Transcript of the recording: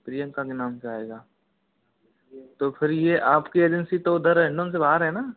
प्रियंका के नाम से आएगा तो फिर ये आपकी एजेंसी तो उधर है ना हिंडोन से बाहर है ना